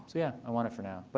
so yeah. i want it for now. but